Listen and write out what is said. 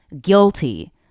guilty